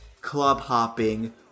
club-hopping